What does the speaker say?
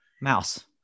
mouse